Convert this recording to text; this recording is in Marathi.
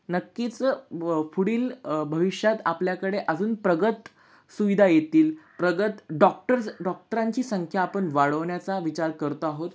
नक्कीच पुढील भविष्यात आपल्याकडे अजून प्रगत सुविधा येतील प्रगत डॉक्टर्स डॉक्टरांची संख्या आपण वाढवण्याचा विचार करतो आहोत